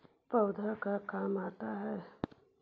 पौधे का काम आता है?